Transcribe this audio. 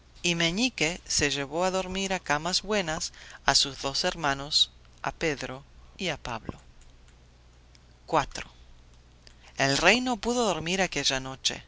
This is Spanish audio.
y meñique se llevó a dormir a camas buenas a sus dos hermanos a pedro y a pablo el rey no pudo dormir aquella noche